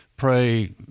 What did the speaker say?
pray